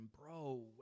bro